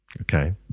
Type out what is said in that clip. Okay